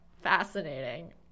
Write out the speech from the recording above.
fascinating